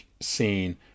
scene